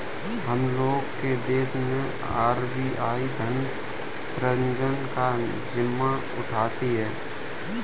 हम लोग के देश मैं आर.बी.आई धन सृजन का जिम्मा उठाती है